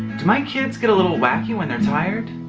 do my kids get a little wacky when they're tired?